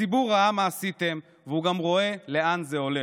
הציבור ראה מה עשיתם והוא גם רואה לאן זה הולך.